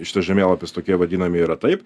šitas žemėlapis tokie vadinami yra taip